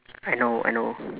I know I know